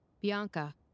Bianca